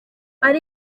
ari